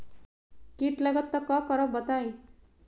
कीट लगत त क करब बताई?